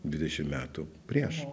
dvidešim metų prieš